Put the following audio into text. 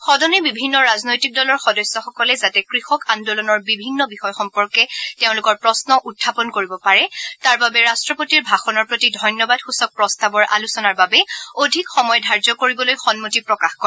সদনে বিভিন্ন ৰাজনৈতিক দলৰ সদস্যসকলে যাতে কৃষক আন্দোলনৰ বিভিন্ন বিষয় সম্পৰ্কে তেওঁলোকৰ প্ৰশ্ন উত্থাপন কৰিব পাৰে তাৰ বাবে ৰাট্টপতিৰ ভাষণৰ প্ৰতি ধন্যবাদসূচক প্ৰস্তাৱৰ আলোচনাৰ বাবে অধিক সময় ধাৰ্য্য কৰিবলৈ সন্মতি প্ৰকাশ কৰে